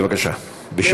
בבקשה בשקט.